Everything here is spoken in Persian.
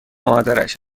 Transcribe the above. مادرش